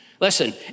Listen